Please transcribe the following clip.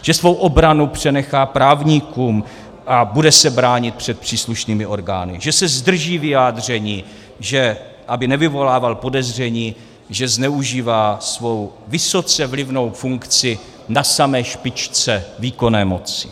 Že svou obranu přenechá právníkům a bude se bránit před příslušnými orgány, že se zdrží vyjádření, aby nevyvolával podezření, že zneužívá svou vysoce vlivnou funkci na samé špičce výkonné moci.